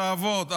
תעבוד.